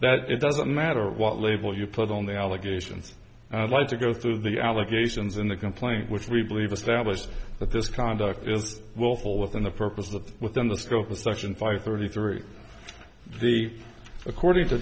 that it doesn't matter what label you put on the allegations like to go through the allegations in the complaint which we believe established that this conduct is willful within the purpose that within the scope of section five thirty three the according to